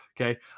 okay